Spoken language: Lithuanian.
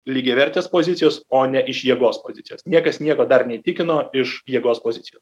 lygiavertės pozicijos o ne iš jėgos pozicijos niekas nieko dar neįtikino iš jėgos pozicijų